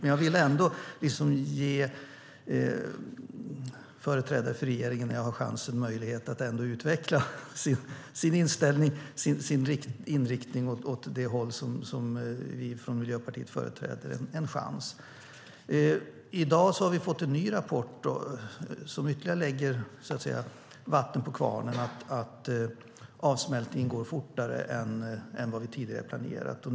Men jag vill ändå, när jag har chansen, ge företrädare för regeringen möjlighet att utveckla sin inriktning åt det håll som vi från Miljöpartiet står för. I dag har vi fått en ny rapport som ger ytterligare vatten på kvarnen och säger att avsmältningen går fortare än vad vi tidigare har planerat.